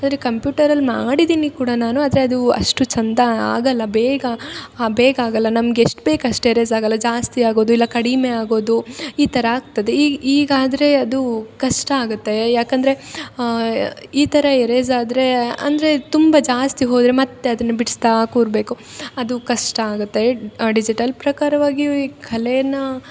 ಆದರೆ ಕಂಪ್ಯೂಟರಲ್ಲಿ ಮಾಡಿದೀನಿ ಕೂಡ ನಾನು ಆದರೆ ಅದು ಅಷ್ಟು ಚಂದ ಆಗೋಲ್ಲ ಬೇಗ ಬೇಗ ಆಗೋಲ್ಲ ನಮ್ಗೆ ಎಷ್ಟು ಬೇಕು ಅಷ್ಟು ಎರೇಸ್ ಆಗೋಲ್ಲ ಜಾಸ್ತಿ ಆಗೋದು ಇಲ್ಲ ಕಡಿಮೆ ಆಗೋದು ಈ ಥರ ಆಗ್ತದೆ ಈಗಾದರೆ ಅದು ಕಷ್ಟ ಆಗುತ್ತೆ ಯಾಕಂದರೆ ಈ ಥರ ಎರೇಸ್ ಆದರೆ ಅಂದರೆ ತುಂಬ ಜಾಸ್ತಿ ಹೋದರೆ ಮತ್ತು ಅದನ್ನು ಬಿಡಿಸ್ತಾ ಕೂರಬೇಕು ಅದು ಕಷ್ಟ ಆಗುತ್ತೆ ಡಿಜಿಟಲ್ ಪ್ರಕಾರವಾಗಿಯು ಈ ಕಲೆಯನ್ನು